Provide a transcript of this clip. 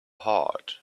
heart